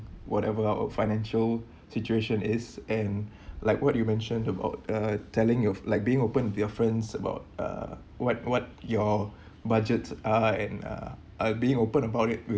whatever our financial situation is and like what you mentioned about uh telling your like being open their friends about uh what what your budget are and uh are being open about it will